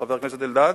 חבר הכנסת אלדד,